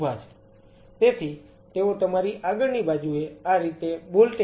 તેથી તેઓ તમારી આગળની બાજુએ આ રીતે બોલ્ટેડ છે